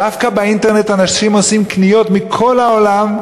דווקא באינטרנט אנשים עושים קניות מכל העולם,